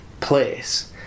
place